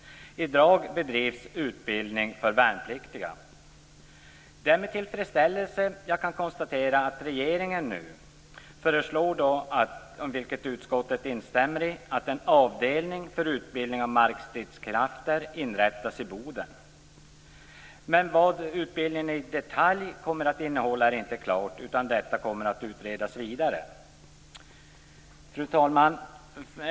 I Det är med tillfredsställelse som jag kan konstatera att regeringen nu föreslår, vilket utskottet instämmer i, att en avdelning för utbildning av markstridskrafter inrättas i Boden. Men vad utbildningen i detalj kommer att innehålla är inte klart, utan detta kommer att utredas vidare. Fru talman!